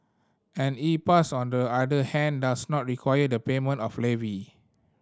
an E Pass on the other hand does not require the payment of levy